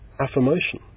affirmation